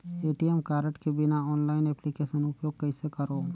ATM card के बिना online application उपयोग कइसे करो?